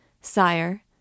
Sire